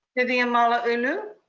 vivian malauulu.